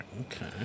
okay